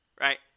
right